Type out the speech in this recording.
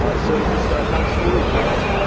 ah so just ah kind of story time.